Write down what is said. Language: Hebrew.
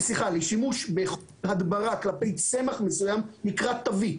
לשימוש בחומרי הדברה כלפי צמח מסוים נקרא תווית.